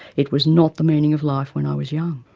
it was not the meaning of life when i was young.